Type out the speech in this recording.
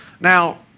Now